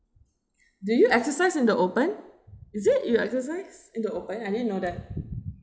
do you exercise in the open is it you exercise in the open I didn't know that